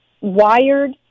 wired